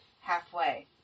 halfway